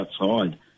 outside